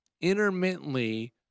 intermittently